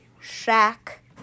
Shack